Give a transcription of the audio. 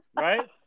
Right